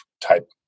type